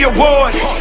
Awards